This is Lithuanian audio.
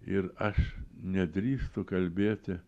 ir aš nedrįstu kalbėti